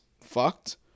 fucked